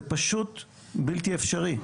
זה פשוט בלתי אפשרי.